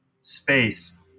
space